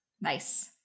Nice